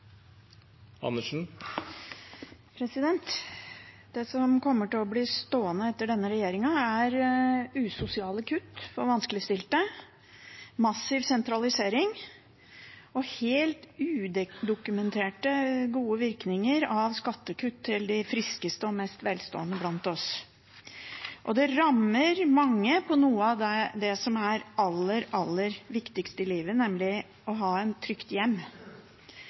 2020. Det som kommer til å bli stående etter denne regjeringen, er usosiale kutt for vanskeligstilte, massiv sentralisering og helt udokumentert gode virkninger av skattekutt til de friskeste og mest velstående blant oss. Det rammer mange på noe av det som er aller, aller viktigst i livet, nemlig det å ha et trygt hjem.